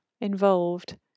involved